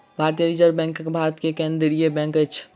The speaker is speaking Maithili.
भारतीय रिज़र्व बैंक भारत के केंद्रीय बैंक अछि